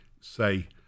say